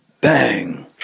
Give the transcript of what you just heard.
Bang